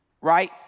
right